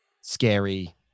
scary